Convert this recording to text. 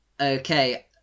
Okay